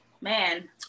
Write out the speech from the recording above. man